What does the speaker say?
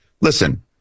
Listen